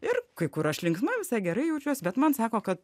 ir kai kur aš linksma visai gerai jaučiuos bet man sako kad